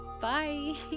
bye